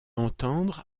entendre